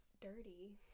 dirty